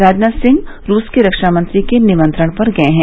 राजनाथ सिंह रूस के रक्षामंत्री के निमंत्रण पर गए हैं